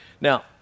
Now